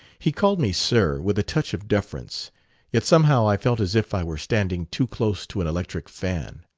he called me sir, with a touch of deference yet somehow i felt as if i were standing too close to an electric fan.